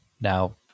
now